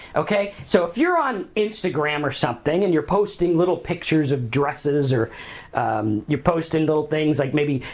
okay? so, if you're on instagram or something and you're posting little pictures of dresses or you're posting little things like, maybe,